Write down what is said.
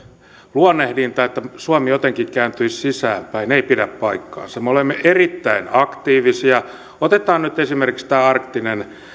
luonnehdinta että suomi jotenkin kääntyisi sisäänpäin ei pidä paikkaansa me olemme erittäin aktiivisia otetaan nyt esimerkiksi tämä arktinen